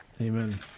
Amen